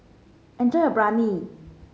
enjoy your Biryani